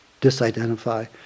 disidentify